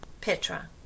Petra